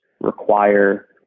require